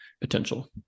potential